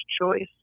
choice